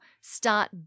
start